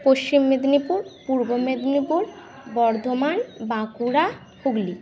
Paschim Medinipur Purba Medinipur Bardhaman Bankura Hooghly